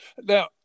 Now